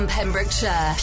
Pembrokeshire